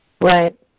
Right